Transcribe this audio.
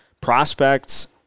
prospects